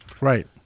Right